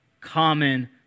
common